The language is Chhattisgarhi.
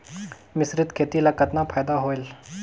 मिश्रीत खेती ल कतना फायदा होयल?